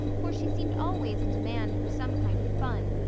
for she seemed always in demand for some kind of fun,